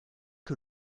que